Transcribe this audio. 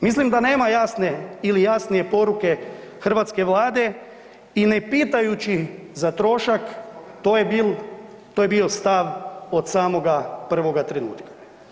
Mislim da nema jasne ili jasnije poruke hrvatske vlade i ne pitajući za trošak, to je bil, to je bio stav od samoga prvoga trenutka.